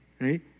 Right